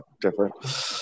different